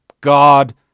God